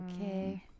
okay